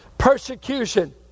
Persecution